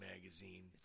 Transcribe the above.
magazine